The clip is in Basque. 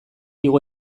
igo